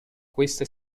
questa